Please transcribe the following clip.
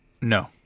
No